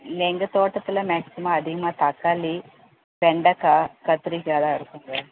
எங்கள் தோட்டத்தில் மேக்ஸிமம் அதிகமாக தக்காளி வெண்டைக்கா கத்திரிக்காய் தான் இருக்குமுங்க